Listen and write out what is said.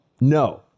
No